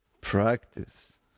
Practice